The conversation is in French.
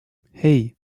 hey